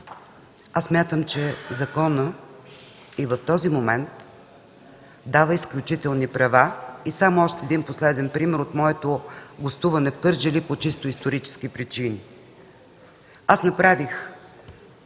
Смятам, че законът и в този момент дава изключителни права. Ще дам един последен пример от моето гостуване в Кърджали по чисто исторически причини. Използвайки